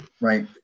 right